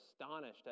astonished